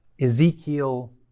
Ezekiel